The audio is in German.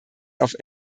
auf